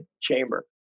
chamber